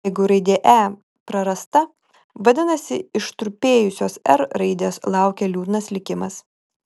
jeigu raidė e prarasta vadinasi ištrupėjusios r raidės laukia liūdnas likimas